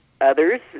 Others